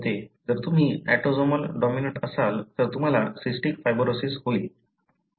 जर तुम्ही autosomal dominant असाल तर तुम्हाला सिस्टिक फायब्रोसिस होईल